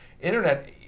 Internet